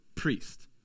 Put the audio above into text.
priest